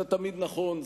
זה תמיד נכון,